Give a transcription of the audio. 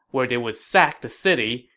where they would sack the city,